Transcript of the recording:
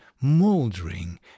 mouldering